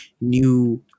new